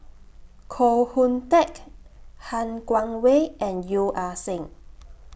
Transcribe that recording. Koh Hoon Teck Han Guangwei and Yeo Ah Seng